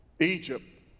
Egypt